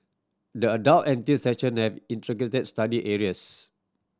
the adult and teens section study areas